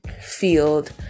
field